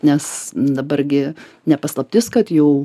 nes dabar gi ne paslaptis kad jau